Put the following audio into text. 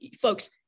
folks